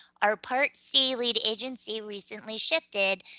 our part c lead agency recently shifted,